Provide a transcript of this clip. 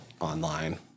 online